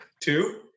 Two